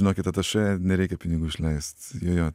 žinokit atašė nereikia pinigų išleist jo jo